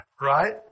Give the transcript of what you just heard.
right